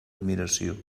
admiració